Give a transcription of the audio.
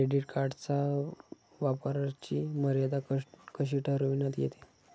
Credit कार्डच्या वापराची मर्यादा कशी ठरविण्यात येते?